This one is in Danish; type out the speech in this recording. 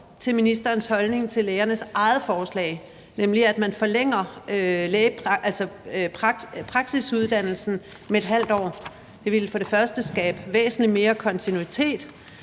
til ministerens holdning til lægernes eget forslag, nemlig at man forlænger praksisuddannelsen med ½ år. Det ville skabe væsentlig mere kontinuitet,